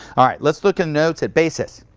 alright let's look in notes at basis.